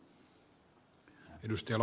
kun ed